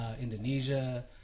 Indonesia